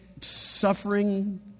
suffering